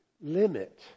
limit